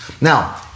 Now